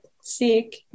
sick